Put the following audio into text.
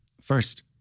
First